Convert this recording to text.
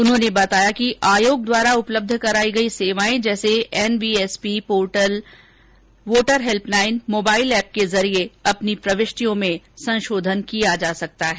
उन्होंने बताया कि आयोग द्वारा उपलब्ध करायी गयी सेवाए जैसे NVSP portal voter helpline mobile app के जरिये अपनी प्रविष्टियों में संशोधन किया जा सकता है